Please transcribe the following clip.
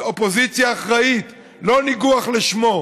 אופוזיציה אחראית, לא ניגוח לשמו: